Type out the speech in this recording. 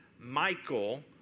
Michael